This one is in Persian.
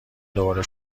دوباره